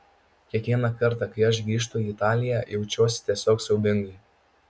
kiekvieną kartą kai aš grįžtu į italiją jaučiuosi tiesiog siaubingai